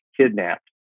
kidnapped